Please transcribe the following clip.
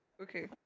okay